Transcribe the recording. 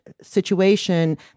situation